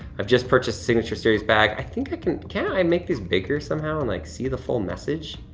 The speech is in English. i've just purchased signature series bag. i think i can. can i make this bigger somehow and like see the full message?